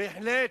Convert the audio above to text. בהחלט,